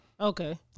Okay